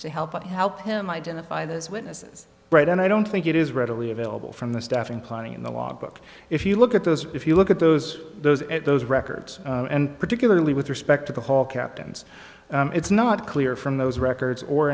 to help and help him identify those witnesses right and i don't think it is readily available from the staffing planning in the logbook if you look at those if you look at those those at those records and particularly with respect to the hall captains it's not clear from those records or